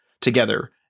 together